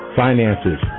finances